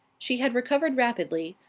she had recovered rapidly,